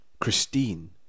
Christine